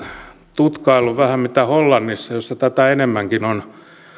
tutkaillut vähän miten hollannissa missä tätä enemmänkin on